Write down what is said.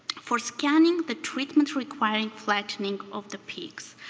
for scanning, the treatment required flattening of the peaks.